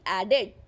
added